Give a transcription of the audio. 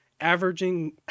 averaging